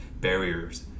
barriers